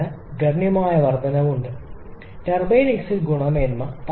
അതിനാൽ ഗണ്യമായ വർദ്ധനവ് ഉണ്ട് ടർബൈൻ എക്സിറ്റ് ഗുണമേന്മ